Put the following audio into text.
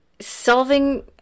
solving